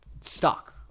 stuck